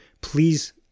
please